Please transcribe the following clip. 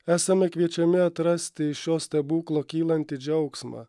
esame kviečiami atrasti iš šio stebuklo kylantį džiaugsmą